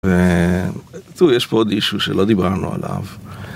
ויש פה עוד אישהו שלא דיברנו עליו